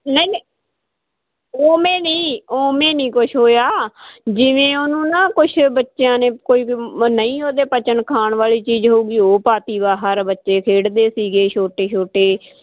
ਨਹੀਂ ਨਹੀਂ ਉਵੇਂ ਨੀ ਉਵੇਂ ਨੀ ਕੁਛ ਹੋਇਆ ਜਿਵੇਂ ਉਹਨੂੰ ਨਾ ਕੁਛ ਬੱਚਿਆਂ ਨੇ ਕੋਈ ਨਹੀਂ ਉਹਦੇ ਪਚਣ ਖਾਣ ਵਾਲੀ ਚੀਜ਼ ਹੋਊਗੀ ਉਹ ਪਾਤੀ ਬਾਹਰ ਬੱਚੇ ਖੇਡਦੇ ਸੀਗੇ ਛੋਟੇ ਛੋਟੇ